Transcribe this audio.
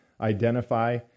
identify